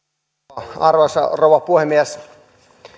arvoisa rouva puhemies